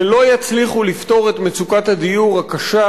שלא יצליחו לפתור את מצוקת הדיור הקשה